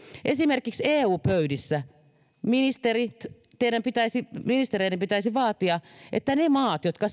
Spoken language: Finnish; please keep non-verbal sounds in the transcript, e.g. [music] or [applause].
esimerkiksi eu pöydissä teidän ministereiden pitäisi vaatia että ne maat jotka [unintelligible]